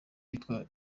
yitwaje